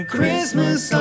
Christmas